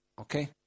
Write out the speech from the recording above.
Okay